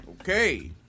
Okay